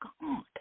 God